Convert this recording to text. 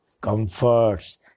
comforts